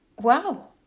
wow